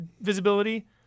visibility